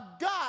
God